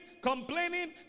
complaining